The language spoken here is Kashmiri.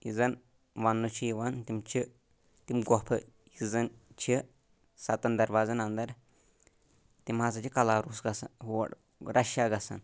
یتھ زَن وَننہٕ چھِ یوان تِم چھِ تِم گۄپھٕ یہِ زَن چھِ سَتن دروازن اندر تِم ہَسا چھِ کَلارُس گژھان ہور رشیا گژھان